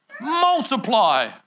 Multiply